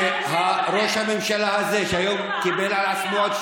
השר אקוניס, אל תפריע.